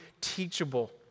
teachable